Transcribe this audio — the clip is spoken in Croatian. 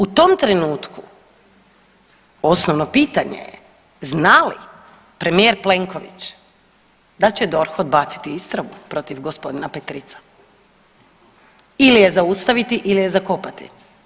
U tom trenutku osnovno pitanje je zna li premijer Plenković da će DORH odbaciti istragu protiv g. Petrica ili je zaustaviti ili je zakopati.